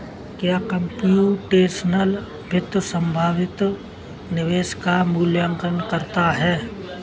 क्या कंप्यूटेशनल वित्त संभावित निवेश का मूल्यांकन करता है?